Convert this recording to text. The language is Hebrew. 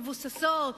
מבוססות,